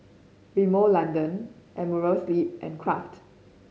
Rimmel London Amerisleep and Kraft